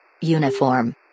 uniform